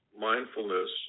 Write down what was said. mindfulness